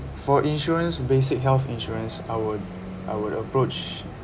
for insurance basic health insurance I would I would approach